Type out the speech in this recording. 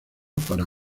para